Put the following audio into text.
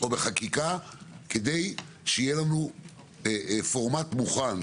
כדי שיהיה לנו פורמט מוכן.